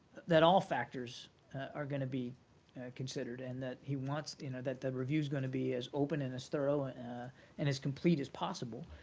that all factors are going to be considered and that he wants you know that the review is going to be as open and as thorough ah ah and as complete as possible.